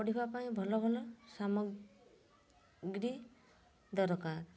ପଡ଼ିବା ପାଇଁ ଭଲ ଭଲ ସାମଗ୍ରୀ ଦରକାର